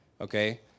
okay